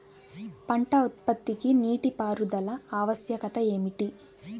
పంట ఉత్పత్తికి నీటిపారుదల ఆవశ్యకత ఏమిటీ?